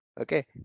okay